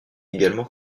également